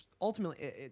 ultimately